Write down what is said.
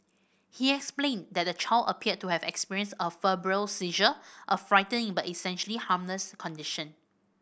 he explained that the child appeared to have experienced a febrile seizure a frightening but essentially harmless condition